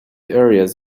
areas